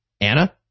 Anna